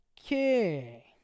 Okay